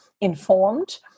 informed